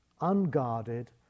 unguarded